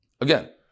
Again